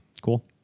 Cool